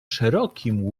szerokim